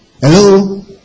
Hello